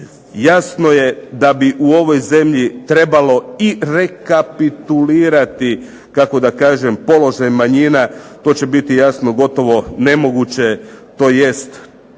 Jasno je da bi u ovoj zemlji trebalo i rekapitulirati kako da kažem položaj manjina, to će biti jasno gotovo nemoguće, tj.